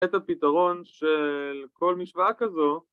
את הפתרון של כל משוואה כזו